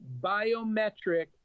biometric